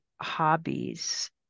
hobbies